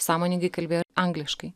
sąmoningai kalbėjo angliškai